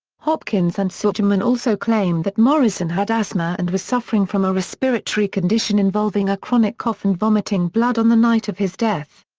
hopkins and sugerman also claim that morrison had asthma and was suffering from a respiratory condition involving a chronic cough and vomiting blood on the night of his death.